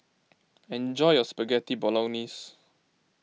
enjoy your Spaghetti Bolognese